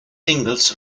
singles